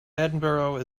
edinburgh